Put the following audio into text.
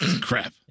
crap